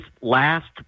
last